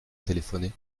téléphoner